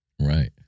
Right